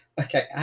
Okay